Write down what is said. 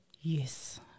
Yes